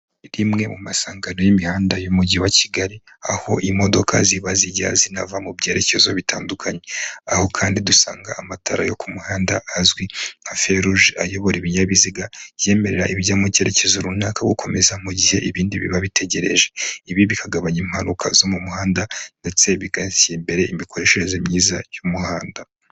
Rimwe mu masangano y'imihanda y'umujyi wa Kigali aho imodoka ziba zijya zinava mu byerekezo bitandukanye, aho kandi dusangaho amatara yo ku muhanda azwi nka feruje ayobora ibinyabiziga yemerera ibijya mu cyerekezo runaka gukomeza mu gihe ibindi biba bitegereje, ibi bikagabanya impanuka zo mu muhanda ndetse bigashyira imbere imikoreshereze myiza y'umuhanda.